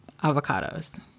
avocados